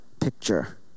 picture